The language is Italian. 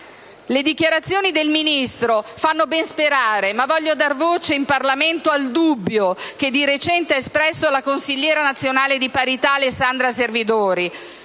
Le dichiarazioni del Ministro fanno ben sperare. Ma, in Parlamento voglio dar voce al dubbio che di recente ha espresso la consigliera nazionale di parità Alessandra Servidori: